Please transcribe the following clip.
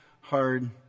hard